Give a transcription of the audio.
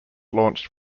launched